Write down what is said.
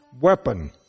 weapon